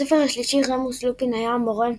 בספר השלישי רמוס לופין היה המורה,